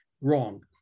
wrong